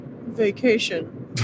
vacation